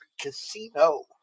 casino